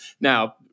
Now